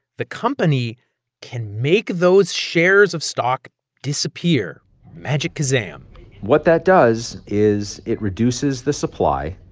the company can make those shares of stock disappear magikazam what that does is it reduces the supply,